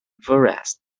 forest